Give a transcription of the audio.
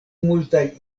multaj